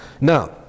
Now